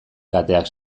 kateak